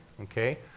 Okay